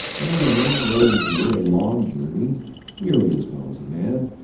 and a woman will endure a long journey nearly as well as a man,